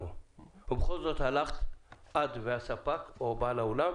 ובכל זאת הלכת את והספק או בעל האולם,